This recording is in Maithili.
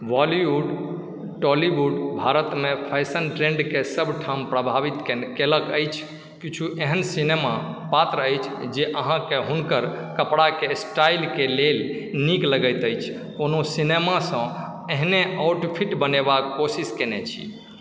बॉलीवुड टॉलीवुड भारतमे फैशन ट्रेंडके सभठाम प्रभावित केलैक अछि किछु एहन सिनेमा पात्र अछि जे अहाँके हुनकर कपड़ाके स्टाइलके लेल नीक लगैत अछि कोनो सिनेमासँ एहने आउटफिट बनेबाक कोशिश केनय छी